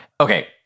Okay